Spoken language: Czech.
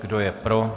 Kdo je pro?